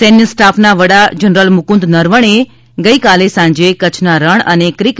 સૈન્ય સ્ટાફના વડા જનરલ મુકુંદ નરવણેએ ગઇકાલે સાંજે કચ્છના રણ અને ક્રિક